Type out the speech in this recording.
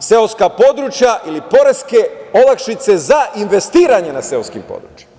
seoska područja ili poreske olakšice za investiranje na seoskim područjima.